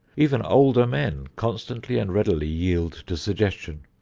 even older men constantly and readily yield to suggestion.